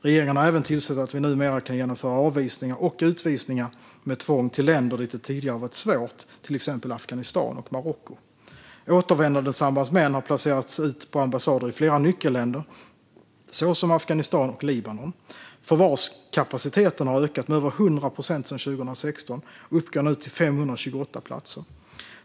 Regeringen har även tillsett att Sverige numera kan genomföra avvisningar och utvisningar med tvång till länder dit det tidigare varit svårt, till exempel Afghanistan och Marocko. Återvändandesambandsmän har placerats ut på ambassader i flera nyckelländer, såsom Afghanistan och Libanon. Förvarskapaciteten har ökat med över 100 procent sedan 2016 och uppgår nu till 528 platser.